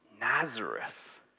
Nazareth